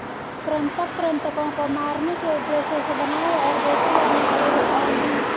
कृंतक कृन्तकों को मारने के उद्देश्य से बनाए और बेचे जाने वाले रसायन हैं